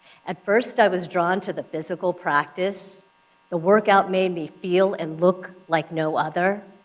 at first, i was drawn to the physical practice the workout made me feel and look like no other.